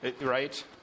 right